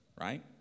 right